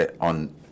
On